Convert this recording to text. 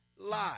lie